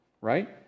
Right